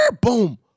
Boom